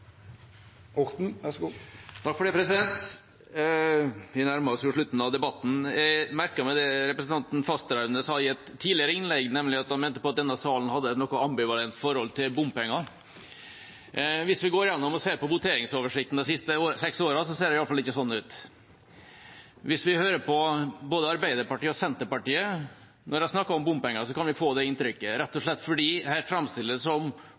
representanten Fasteraune sa i et tidligere innlegg, der han mente at denne salen hadde et noe ambivalent forhold til bompenger. Hvis vi går gjennom og ser på voteringsoversikten for de siste seks årene, ser det i hvert fall ikke slik ut. Hvis vi hører på både Arbeiderpartiet og Senterpartiet når de snakker om bompenger, kan vi få det inntrykket – rett og slett fordi det framstilles som